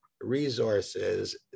resources